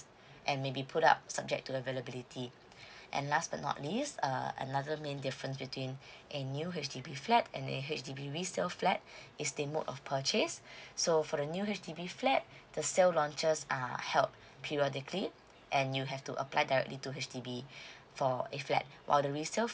and maybe put up subject to availability and last but not least err another main difference between a new H_D_B flat and a H_D_B resale flat is the mode of purchase so for the new H_D_B flat the sale launchers are held periodically and you have to apply directly to H_D_B for a flat while the resale